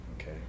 Okay